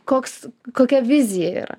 koks kokia vizija yra